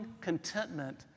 contentment